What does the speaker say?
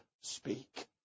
speak